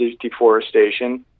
deforestation